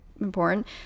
important